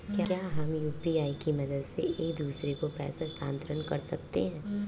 क्या हम यू.पी.आई की मदद से एक दूसरे को पैसे स्थानांतरण कर सकते हैं?